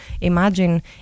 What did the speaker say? Imagine